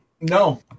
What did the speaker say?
No